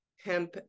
hemp